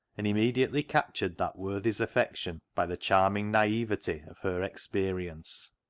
and immediately captured that worthy's affection by the charming naivete of her experience.